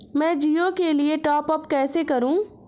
मैं जिओ के लिए टॉप अप कैसे करूँ?